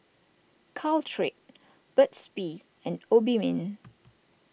Caltrate Burt's Bee and Obimin